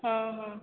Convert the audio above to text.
ହଁ ହଁ